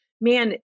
man